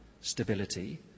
stability